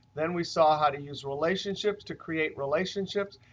then we saw how to use relationships to create relationships,